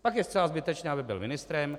Pak je zcela zbytečné, aby byl ministrem.